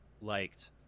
liked